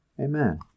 Amen